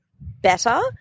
better